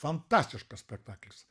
fantastiškas spektaklis